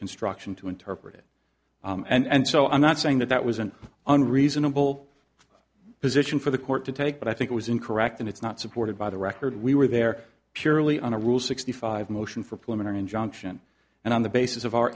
construction to interpret it and so i'm not saying that that was an unreasonable position for the court to take but i think it was incorrect and it's not supported by the record we were there purely on a rule sixty five motion for plimer injunction and on the basis of our